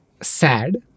sad